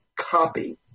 copy